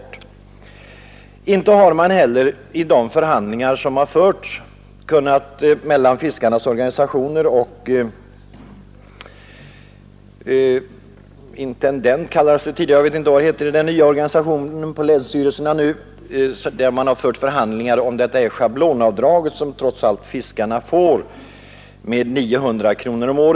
Inte heller har man tagit upp denna fråga i de förhandlingar som förts mellan fiskarnas organisationer och intendenten — så hette det tidigare, men jag är inte säker på att det kallas så i den nya organisationen på länsstyrelserna — om det schablonavdrag som fiskarna trots allt får göra med 900 kronor om året.